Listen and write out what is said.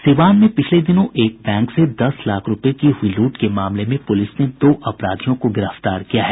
सीवान में पिछले दिनों एक बैंक से दस लाख रूपये की हुई लूट के मामले में पुलिस ने दो अपराधियों को गिरफ्तार किया है